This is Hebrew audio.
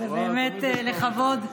אז זה באמת לכבוד.